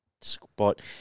spot